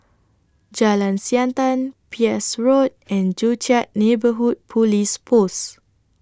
Jalan Siantan Peirce Road and Joo Chiat Neighbourhood Police Post